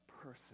person